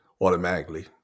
automatically